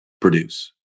produce